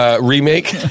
Remake